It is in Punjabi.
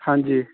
ਹਾਂਜੀ